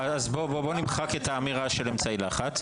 אז בוא נמחק את האמירה של אמצעי לחץ.